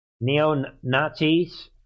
neo-Nazis